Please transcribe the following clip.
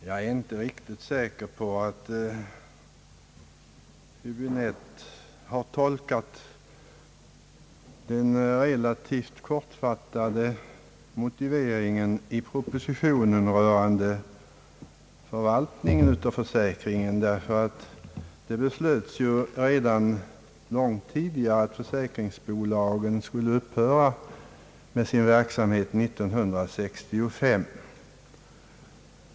Jag är inte riktigt säker på att herr Häbinette har tolkat den relativt kortfattade motiveringen till propositionen rörande förvaltningen av den försäkring det här gäller rätt, ty det beslöts redan långt tidigare att försäkringsbolagen skulle upphöra med sin verksamhet redan 1965.